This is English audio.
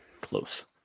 close